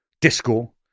Disco